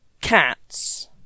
cats